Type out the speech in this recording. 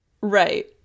Right